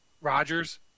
Rodgers